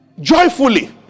Joyfully